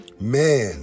man